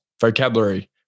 vocabulary